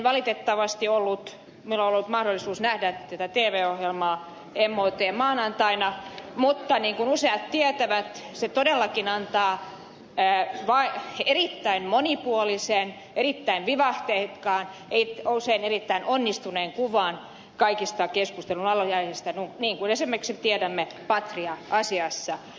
valitettavasti minulla ei ollut mahdollisuutta nähdä tätä tv ohjelmaa mottä maanantaina mutta niin kuin useat tietävät se todellakin antaa erittäin monipuolisen erittäin vivahteikkaan usein erittäin onnistuneen kuvan kaikista keskustelun alaisista asioista niin kuin esimerkiksi tiedämme patria asiassa